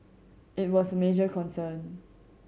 it was a major concern